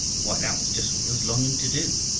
why that was just what he was longing to do.